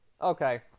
Okay